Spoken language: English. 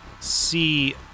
see